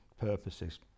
purposes